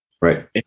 Right